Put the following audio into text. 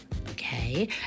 okay